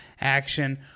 action